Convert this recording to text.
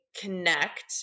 connect